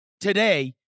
today